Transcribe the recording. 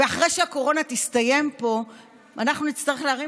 ואחרי שהקורונה תסתיים פה אנחנו נצטרך להרים